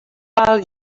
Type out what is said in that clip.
pel